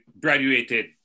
graduated